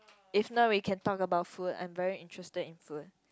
if not we can talk about food I am very interested in food